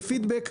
כפידבק,